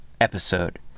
episode